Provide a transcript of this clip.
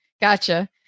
gotcha